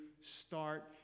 start